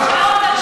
שעות על שעות.